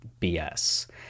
BS